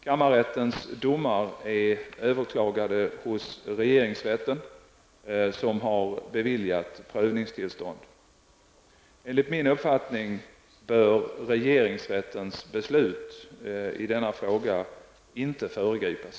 Kammarrättens domar är överklagade hos regeringsrätten, som har beviljat prövningstillstånd. Enligt min uppfattning bör regeringsrättens beslut i denna fråga inte föregripas.